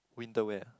winter wear